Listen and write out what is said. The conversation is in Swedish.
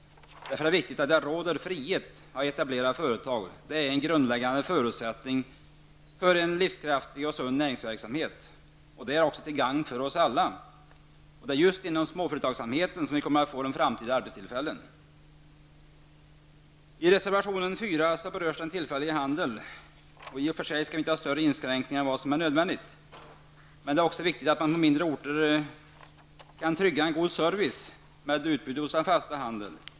Därför är det viktigt att det råder frihet när det gäller att etablera företag. Det är en grundläggande förutsättning för en livskraftig och sund näringsverksamhet. Och detta är till gagn för oss alla. Det är just inom småföretagsamheten som framtida arbetstillfällen kommer att uppstå. I reservation nr 4 berörs frågan om en ökad reglering av tillfällig handel. I och för sig skall vi inte ha större inskränkningar än vad som är nödvändigt. Men det är viktigt att på mindre orter trygga en god service med ett visst utbud hos den fasta handeln.